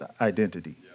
identity